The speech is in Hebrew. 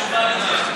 תשובה בכלל.